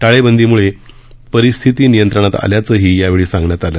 टाळेबंदीमुळे परिस्थिती नियंत्रणात आल्याचंही यावेळी सांगण्यात आलं